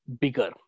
bigger